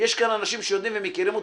ויש כאן אנשים שיודעים ומכירים אותי,